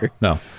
no